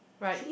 right